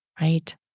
Right